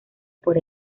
por